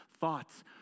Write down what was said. thoughts